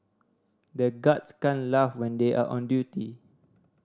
the guards can't laugh when they are on duty